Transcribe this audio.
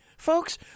Folks